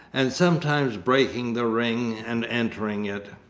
and sometimes breaking the ring and entering it.